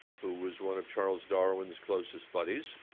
who was one of charles darwin's closest buddies.